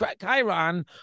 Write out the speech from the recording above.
chiron